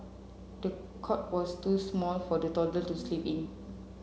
the cot was too small for the toddler to sleep in